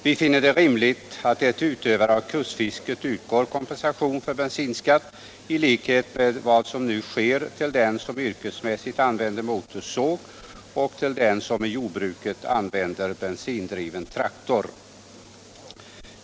Vi finner det rimligt att det till utövare av kustfisket utgår kompensation för bensinskatt i likhet med vad som nu sker till den som yrkesmässigt använder motorsåg och till den som i jordbruket använder bensindriven traktor.